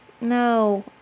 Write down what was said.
no